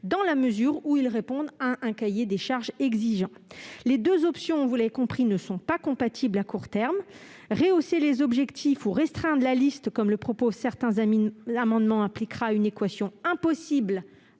dans la mesure où ils répondent à un cahier des charges exigeant. Les deux options, vous l'avez compris, ne sont pas compatibles à court terme. Rehausser les objectifs ou restreindre la liste, comme les auteurs de certains amendements le proposent, impliquera une équation impossible à résoudre